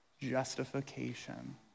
justification